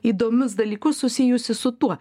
įdomius dalykus susijusius su tuo